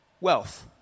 wealth